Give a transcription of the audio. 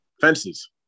Fences